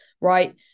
right